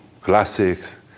classics